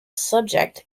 subject